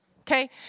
okay